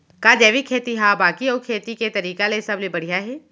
का जैविक खेती हा बाकी अऊ खेती के तरीका ले सबले बढ़िया हे?